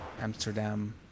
Amsterdam